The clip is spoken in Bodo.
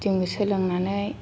गिदिंनो सोलिनानै